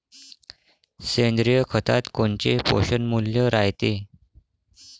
सेंद्रिय खतात कोनचे पोषनमूल्य रायते?